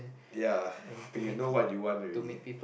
ya but you know what you want already